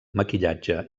maquillatge